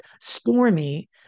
stormy